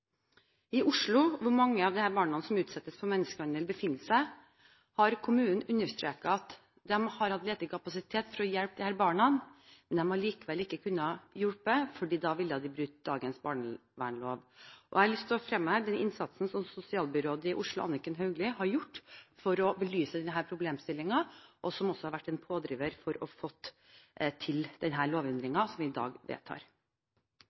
som utsettes for menneskehandel, befinner seg, har kommunen understreket at de har hatt ledig kapasitet for å hjelpe disse barna, men de har likevel ikke kunnet hjelpe, fordi de da ville bryte dagens barnevernlov. Jeg har lyst til å fremheve innsatsen som sosialbyråden i Oslo, Anniken Hauglie, har gjort for å belyse denne problemstillingen. Hun har også vært en pådriver for å få til den lovendringen som vi i dag vedtar.